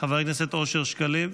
חבר הכנסת אושר שקלים,